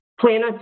planets